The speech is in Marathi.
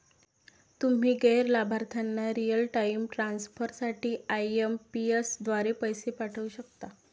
तुम्ही गैर लाभार्थ्यांना रिअल टाइम ट्रान्सफर साठी आई.एम.पी.एस द्वारे पैसे पाठवू शकता